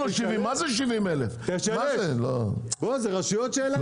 זה רשויות שאין להם כסף.